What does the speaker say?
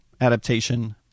adaptation